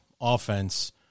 offense